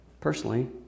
personally